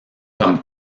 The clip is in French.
comme